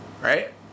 right